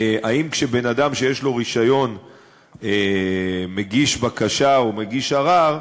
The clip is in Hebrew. כשבן-אדם שיש לו רישיון מגיש בקשה או מגיש ערר,